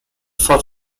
for